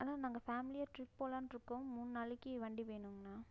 அண்ணா நாங்கள் ஃபேமிலியாக ட்ரிப் போகலானு இருக்கோம் மூணு நாளைக்கு வண்டி வேணுங்ண்ணா